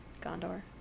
gondor